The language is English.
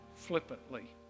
flippantly